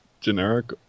generic